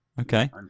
Okay